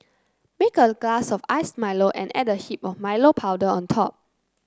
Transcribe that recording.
make a glass of iced Milo and add a heap of Milo powder on top